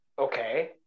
okay